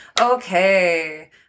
Okay